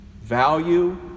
Value